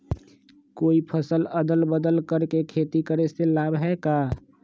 कोई फसल अदल बदल कर के खेती करे से लाभ है का?